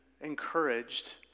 encouraged